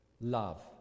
love